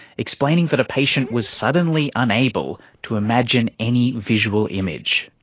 explaining that a patient was suddenly unable to imagine any visual image.